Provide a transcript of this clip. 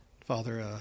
Father